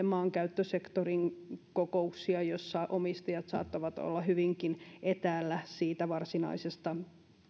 maankäyttösektorin kokouksia kun omistajat saattavat olla hyvinkin etäällä siitä varsinaisesta